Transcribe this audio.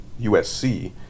USC